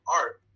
art